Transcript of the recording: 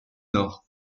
nord